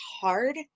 hard